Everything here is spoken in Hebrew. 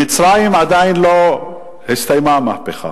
במצרים עדיין לא הסתיימה המהפכה